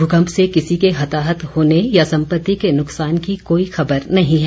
भूकंप से किसी के हताहत होने या संपत्ति के न्कसान की कोई खबर नहीं है